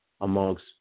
amongst